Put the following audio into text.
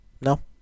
No